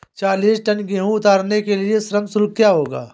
चालीस टन गेहूँ उतारने के लिए श्रम शुल्क क्या होगा?